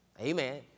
Amen